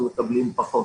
מקבלים פחות.